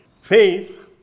Faith